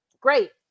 Great